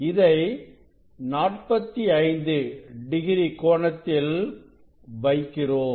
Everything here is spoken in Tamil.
இதை 45 டிகிரி கோணத்தில் வைக்கிறோம்